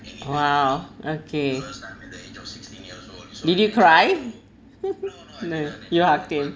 !wow! okay did you cry no you hugged him